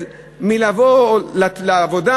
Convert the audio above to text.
עובד מלבוא לעבודה,